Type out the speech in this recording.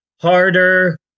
Harder